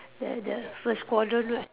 the the first quadrant right